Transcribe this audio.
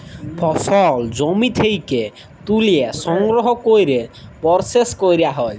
ফসল জমি থ্যাকে ত্যুলে সংগ্রহ ক্যরে পরসেস ক্যরা হ্যয়